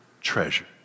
treasure